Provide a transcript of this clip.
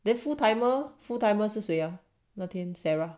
then full timer full timer 是谁啊那天 sarah